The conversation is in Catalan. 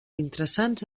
interessants